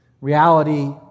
Reality